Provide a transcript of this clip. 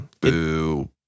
Boo